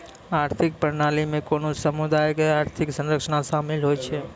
आर्थिक प्रणाली मे कोनो समुदायो के आर्थिक संरचना शामिल होय छै